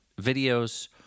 videos